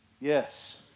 yes